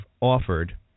offered